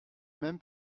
même